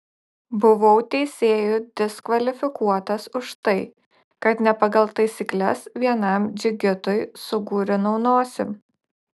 buvau teisėjų diskvalifikuotas už tai kad ne pagal taisykles vienam džigitui sugurinau nosį